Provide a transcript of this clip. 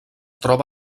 troba